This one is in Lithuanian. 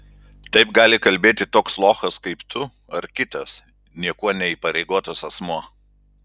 taip gali kalbėti toks lochas kaip tu ar kitas niekuo neįpareigotas asmuo